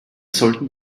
sollten